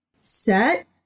set